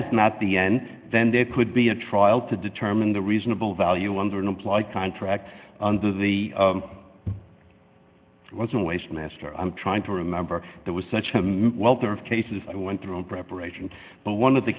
is not the end then there could be a trial to determine the reasonable value under an implied contract under the it was a waste master i'm trying to remember there was such a welter of cases i went through in preparation but one of the